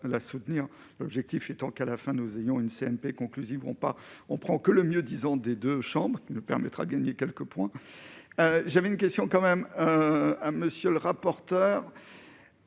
l'objectif étant qu'à la fin, nous ayons une CMP conclusive vont pas on prend que le mieux disant des 2 chambres, qui nous permettra de gagner quelques points, j'avais une question quand même un monsieur le rapporteur.